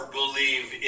believe